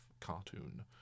cartoon